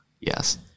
Yes